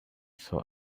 saw